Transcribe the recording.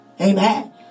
Amen